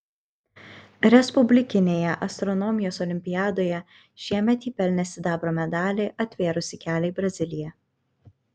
respublikinėje astronomijos olimpiadoje šiemet ji pelnė sidabro medalį atvėrusį kelią į braziliją